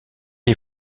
les